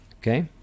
Okay